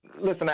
Listen